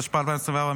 התשפ"ה 2024,